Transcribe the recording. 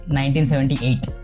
1978